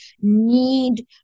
need